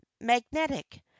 magnetic